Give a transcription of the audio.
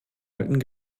alten